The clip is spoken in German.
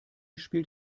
spielt